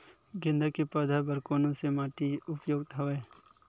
गेंदा के पौधा बर कोन से माटी उपयुक्त हवय?